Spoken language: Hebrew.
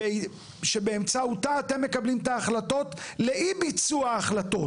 שבאמצעותה אתם מקבלים את ההחלטות לאי ביצוע החלטות.